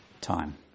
time